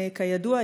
כידוע,